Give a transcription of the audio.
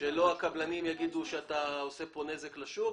שהקבלנים יגידו שאני עושה נזק לשוק,